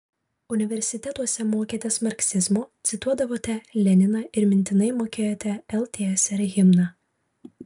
universitetuose mokėtės marksizmo cituodavote leniną ir mintinai mokėjote ltsr himną